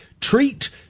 Treat